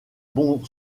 bon